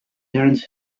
terence